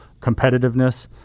competitiveness